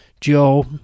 Joe